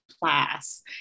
class